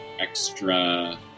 extra